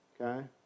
okay